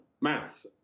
maths